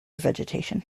vegetation